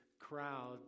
crowd